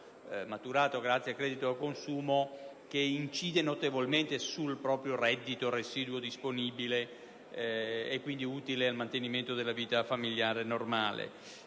maturato grazie al credito al consumo - che incide notevolmente sul proprio reddito residuo disponibile ed utile quindi al mantenimento della normale vita familiare. Molti